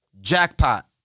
Jackpot